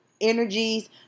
energies